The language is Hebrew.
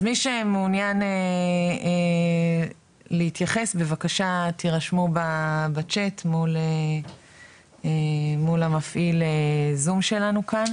אז מי שמעוניין להתייחס בבקשה תירשמו בצ'ט מול המפעיל זום שלנו כאן.